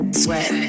sweat